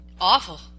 awful